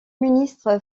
ministre